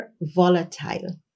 volatile